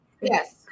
Yes